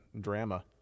drama